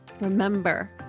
Remember